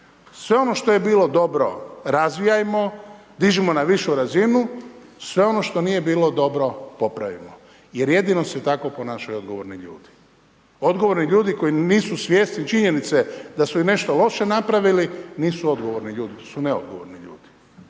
Sve ono što je bilo dobro razvijajmo, dižimo na višu razinu. Sve ono što nije bilo dobro popravimo. Jer jedino se tako ponašaju odgovorni ljudi. Odgovorni ljudi koji nisu svjesni činjenice da su i nešto loše napravili nisu odgovorni ljudi. To su neodgovorni ljudi.